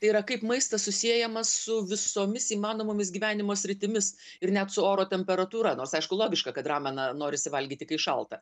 tai yra kaip maistas susiejamas su visomis įmanomomis gyvenimo sritimis ir net su oro temperatūra nors aišku logiška kad rameną norisi valgyti kai šalta